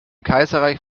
kaiserreich